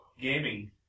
gaming